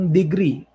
degree